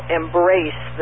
embrace